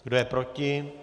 Kdo je proti?